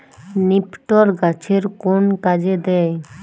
নিপটর গাছের কোন কাজে দেয়?